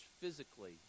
physically